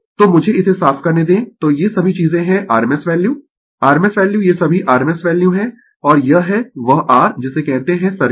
तो मुझे इसे साफ करने दें तो ये सभी चीजें है rms वैल्यू rms वैल्यू ये सभी rms वैल्यू है और यह है वह r जिसे कहते है सर्किट